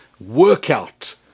workout